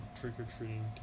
trick-or-treating